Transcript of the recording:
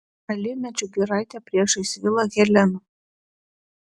alyvmedžių giraitė priešais vilą helena